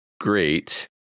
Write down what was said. great